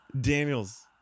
daniels